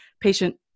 patient